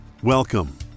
Welcome